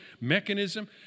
mechanism